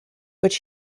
which